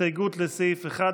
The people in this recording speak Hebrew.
הסתייגות לסעיף 1,